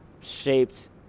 shaped